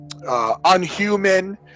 Unhuman